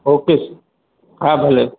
okay સ હા ભલે